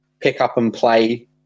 pick-up-and-play